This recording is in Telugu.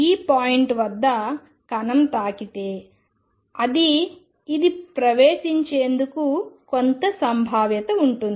ఈ పాయింట్ వద్ద కణం తాకితే అది ఇది ప్రవేశించేందుకు కొంత సంభావ్యత ఉంటుంది